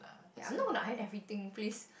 ya I'm not going to iron everything please